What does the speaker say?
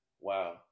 Wow